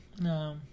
No